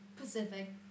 Pacific